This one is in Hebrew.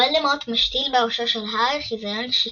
וולדמורט משתיל בראשו של הארי חיזיון שקרי,